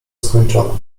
skończona